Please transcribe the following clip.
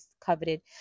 coveted